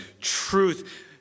truth